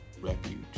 Refuge